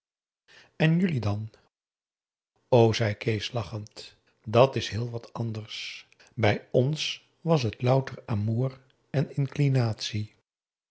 en jullie dan o zei kees lachend dat is heel wat anders bij ons was het louter amour en